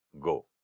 go